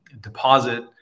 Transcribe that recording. deposit